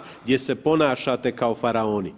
kn, gdje se ponašate kao faraoni.